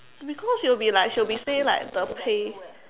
because you will be like she will be say like the pay